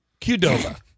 Qdoba